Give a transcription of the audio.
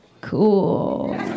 Cool